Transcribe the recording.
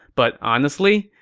but honestly,